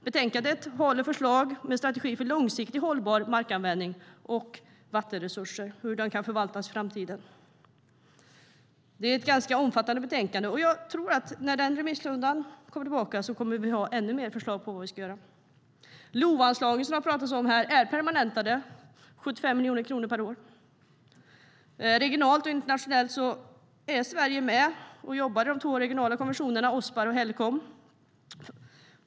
Delbetänkandet innehåller förslag till strategier för långsiktigt hållbar användning av mark och hur vattenresurser kan förvaltas i framtiden. Det är ett ganska omfattande delbetänkande, och när remissrundan kommer tillbaka tror jag att vi kommer att ha ännu fler förslag på vad vi ska göra. LOVA-anslagen, som det har talats om här, är permanentade och uppgår till 75 miljoner kronor per år. Regionalt och internationellt är Sverige med och jobbar i de två regionala konventionerna Ospar och Helcom.